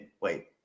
wait